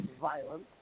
violence